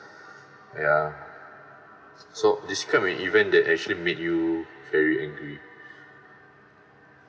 ya so describe an event that actually made you very angry